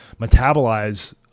metabolize